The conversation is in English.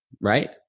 Right